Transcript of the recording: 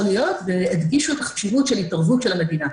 להיות והדגישו את החשיבות של התערבות של המדינה.